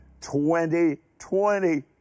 2020